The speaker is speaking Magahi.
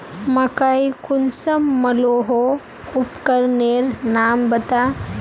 मकई कुंसम मलोहो उपकरनेर नाम बता?